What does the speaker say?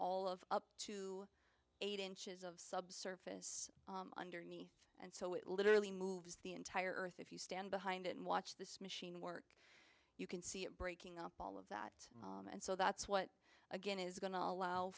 all of up to eight inches of subsurface underneath and so it literally moves the entire earth if you stand behind it and watch this machine work you can see it breaking up all of that and so that's what again is going to allow